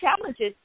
challenges